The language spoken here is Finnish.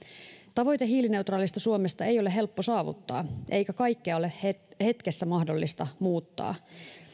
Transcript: tavoite hiilineutraalista suomesta ei ole helppo saavuttaa eikä kaikkea ole hetkessä mahdollista muuttaa